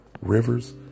rivers